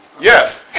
yes